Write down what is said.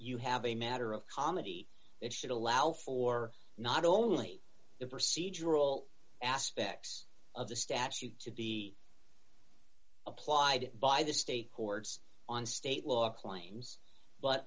you have a matter of comedy that should allow for not only the procedural aspects of the statute to be applied by the state courts on state law claims but